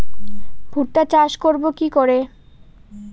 ভুট্টা চাষ করব কি করে?